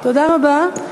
תודה רבה.